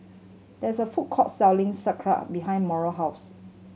there is a food court selling Sekihan behind Mauro house